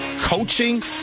coaching